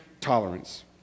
tolerance